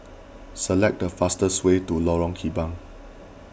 select the fastest way to Lorong Kembang